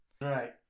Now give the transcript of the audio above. Right